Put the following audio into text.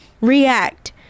react